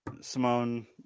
Simone